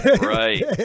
Right